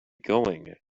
going